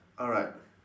alright